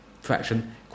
fraction